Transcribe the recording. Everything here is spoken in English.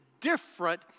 different